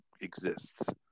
exists